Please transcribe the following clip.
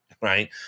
right